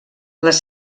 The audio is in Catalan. les